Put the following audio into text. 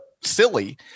silly